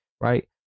Right